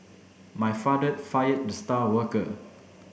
my father fired the star worker